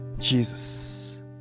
Jesus